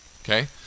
Okay